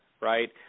right